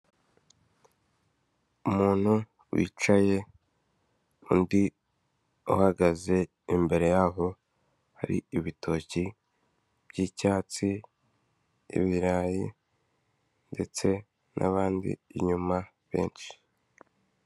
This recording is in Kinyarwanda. Umuntu wicaye, undi uhagaze, imbere yaho hari ibitoki by'icyatsi, ibirayi, ndetse n'abandi inyuma benshi.